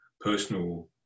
personal